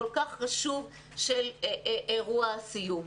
הכול כך חשוב של אירוע הסיום.